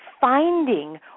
Finding